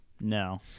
No